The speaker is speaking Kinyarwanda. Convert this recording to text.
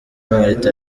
martin